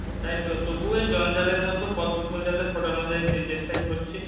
এটাই তো তবুও এই জঞ্জালের মধ্যেও পদ্মফুল যাতে ফোটানো যায় সেই চেষ্টাই করছি